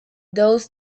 those